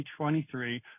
2023